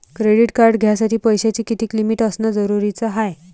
Credit card घ्यासाठी पैशाची कितीक लिमिट असनं जरुरीच हाय?